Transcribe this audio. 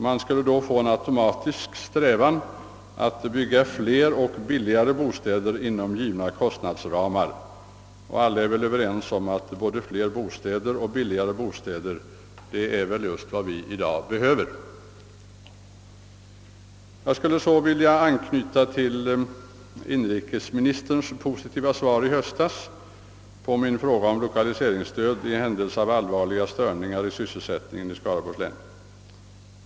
Man skulle då få till stånd en automatisk strävan att bygga fler och billigare bostäder inom givna kostnadsramar, och alla är väl överens om att fler bostäder och billigare bostäder, det är vad vi i dag behöver. Jag skulle så vilja anknyta till inrikesministerns positiva svar i höstas på min fråga om lokaliseringsstöd i händelse av allvarliga störningar i sysselsättningen i Skaraborgs län.